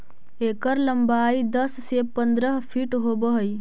एकर लंबाई दस से पंद्रह फीट होब हई